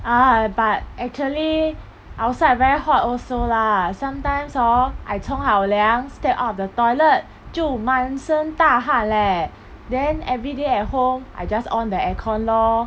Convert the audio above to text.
ah but actually outside very hot also lah sometimes hor I 冲好凉 step out of the toilet 就满身大汗 leh then everyday at home I just on the air-con lor